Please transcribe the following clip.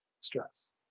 stress